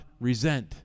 resent